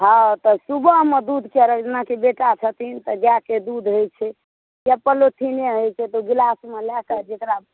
हॅं तऽ सुबहमे दुधके अर्घ्य जेनाकि बेटा छथिन तऽ गायके दुध होइ छै या पोलोथिने होइ छै तऽ गिलासमे लऽ कऽ जेकरा